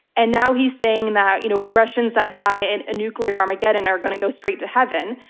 and now he's saying that you know, russians that die in nuclear armageddon are going to go straight to heaven.